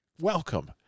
Welcome